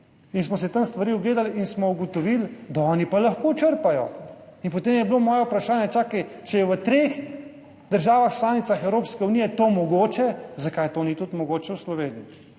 in smo si tam stvari ogledali in smo ugotovili, da oni pa lahko črpajo. Potem je bilo moje vprašanje, čakaj, če je v treh državah članicah Evropske unije to mogoče, zakaj to ni mogoče tudi v Sloveniji?